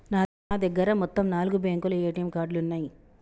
నా దగ్గర మొత్తం నాలుగు బ్యేంకుల ఏటీఎం కార్డులున్నయ్యి